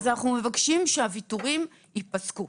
אנחנו מבקשים שהוויתורים ייפסקו.